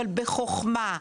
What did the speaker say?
אבל בחוכמה,